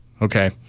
okay